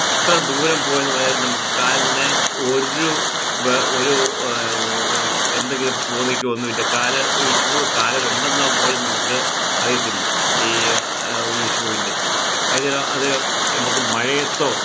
എത്ര ദൂരം പോയെന്ന് പറഞ്ഞാലും നമുക്ക് കാലിന് ഒരു ഒരു ഒരു എന്തെങ്കിലും തോന്നിക്കുവോ ഒന്നും ഇല്ല കാൽ ഈ ഷൂ കാലേലുണ്ടെന്ന് പോലും നമുക്ക് അറിയത്തില്ല ഈ ഈ ഈ ഷൂവിൻ്റെ കാര്യം അത് നമുക്ക് മഴയത്തോ